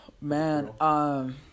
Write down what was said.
man